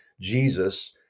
jesus